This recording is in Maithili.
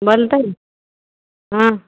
बलतय ने हाँ